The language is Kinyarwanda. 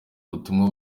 ubutumwa